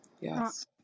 Yes